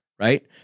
Right